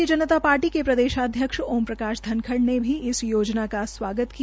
भारतीय जनता पार्टी के प्रदेशाध्यक्ष ओम प्रकाश धनखड़ ने इस योजना का स्वागत किया